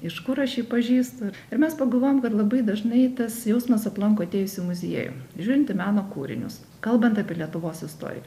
iš kur aš jį pažįstu ir mes pagalvojom kad labai dažnai tas jausmas aplanko atėjus į muziejų žiūrint į meno kūrinius kalbant apie lietuvos istoriją